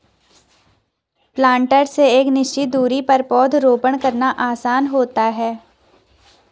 planter से एक निश्चित दुरी पर पौधरोपण करना आसान होता है